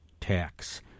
tax